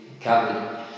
covered